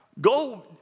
go